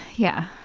yeah.